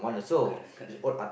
correct correct